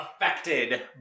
affected